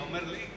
אתה אומר לי?